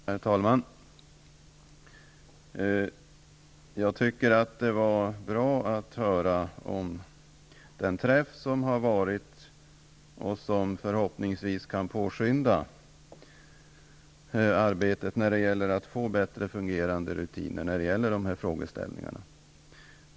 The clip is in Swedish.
Herr talman! Jag tycker att det var bra att höra om den träff som har varit och som förhoppningsvis kan påskynda arbetet för att få bättre fungerande rutiner i dessa frågeor.